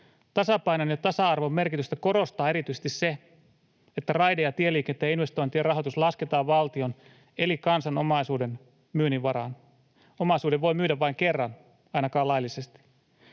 Tasapainon ja tasa-arvon merkitystä korostaa erityisesti se, että raide- ja tieliikenteen investointien rahoitus lasketaan valtion eli kansan omaisuuden myynnin varaan. Omaisuuden voi myydä vain kerran, ainakin laillisesti.